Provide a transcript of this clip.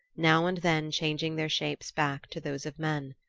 now and then changing their shapes back to those of men.